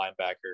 linebacker